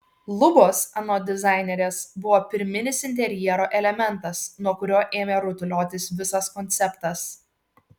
lubos anot dizainerės buvo pirminis interjero elementas nuo kurio ėmė rutuliotis visas konceptas